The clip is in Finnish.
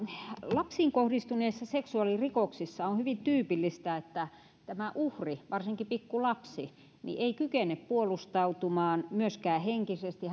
lapsiin kohdistuneissa seksuaalirikoksissa on hyvin tyypillistä että uhri varsinkin pikkulapsi ei kykene puolustautumaan myöskään henkisesti